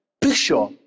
picture